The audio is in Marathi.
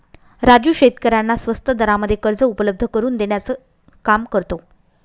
राजू शेतकऱ्यांना स्वस्त दरामध्ये कर्ज उपलब्ध करून देण्याचं काम करतो